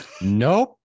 Nope